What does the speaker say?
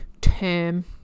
term